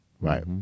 Right